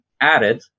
added